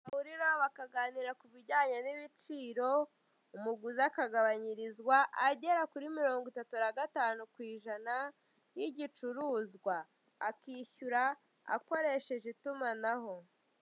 Bahurira bakaganira ku bijyanye n'ibiciro umguzi akagabanyirizwa agera kuri mirongo itatu na gatanu ku ijana y'igicuruzwa akishyura akoresheje itimanaho.